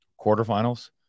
quarterfinals